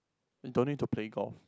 and don't need to play golf